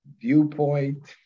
viewpoint